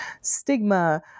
stigma